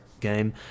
game